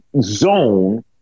zone